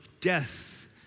death